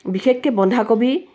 বিশেষকে বন্ধাকবি